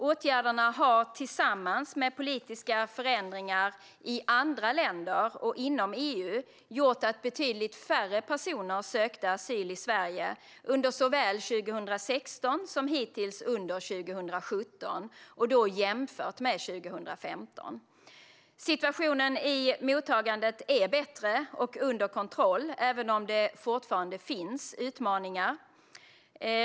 Åtgärderna har tillsammans med politiska förändringar i andra länder och inom EU gjort att betydligt färre personer sökte asyl i Sverige såväl under 2016 som hittills under 2017, jämfört med 2015. Situationen i mottagandet är bättre och under kontroll, även om det fortfarande finns utmaningar.